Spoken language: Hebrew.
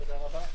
תודה רבה.